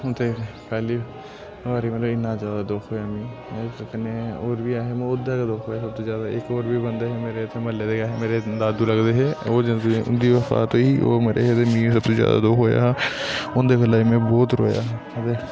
ते पैह्ली नुआड़ी मतलब इन्ना ज्यादा दुख ओया मी होंर बी हे पर इंदा सबतु ज्यादा दुख होंया मी एक और बी बंदे ऐ हे मेरे मलै दे गे हे मेरे दादु लगदे हे ओह् मरे हे ते मी सबतु ज्यादा दुख होंया हा मिगी उंदे बेलै बी मै बहुत रोया बहुत